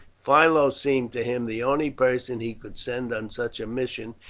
philo seemed to him the only person he could send on such a mission,